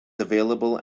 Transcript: available